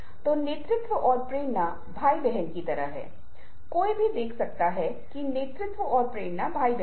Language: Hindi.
यदि आप हमारे द्वारा किए गए कुछ इशारों को देख रहे हैं तो आप एक समान बात पाएंगे